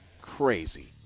Crazy